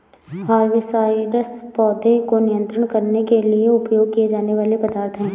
herbicides पौधों को नियंत्रित करने के लिए उपयोग किए जाने वाले पदार्थ हैं